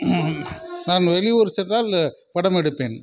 நான் வெளி ஊர் சென்றால் படமெடுப்பேன்